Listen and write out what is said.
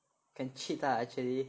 can cheat lah actually